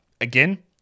Again